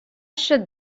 should